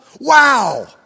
Wow